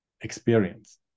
experience